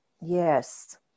yes